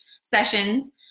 sessions